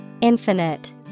Infinite